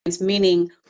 meaning